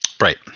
Right